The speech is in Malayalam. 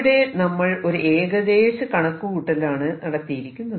ഇവിടെ നമ്മൾ ഒരു ഏകദേശ കണക്കുകൂട്ടലാണ് നടത്തിയിരിക്കുന്നത്